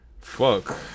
Fuck